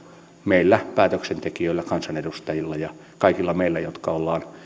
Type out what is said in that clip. meillä päätöksentekijöillä kansanedustajilla ja kaikilla meillä jotka olemme